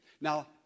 Now